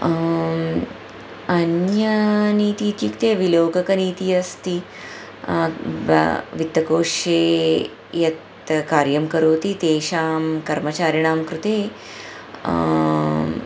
अन्या नीति इत्युक्ते विलोकनीति अस्ति ब वित्तकोशे यत् कार्यं करोति तेषां कर्मचारिणां कृते